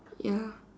ya